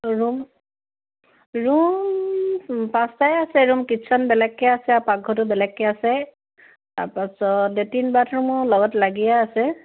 room room পাঁচটাই আছে room kitchen বেলেগকৈ আছে আৰু পাকঘৰটো বেলেগকৈ আছে তাৰপাছত লেট্ৰিন বাথৰুমো লগত লাগিয়ে আছে